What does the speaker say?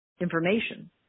information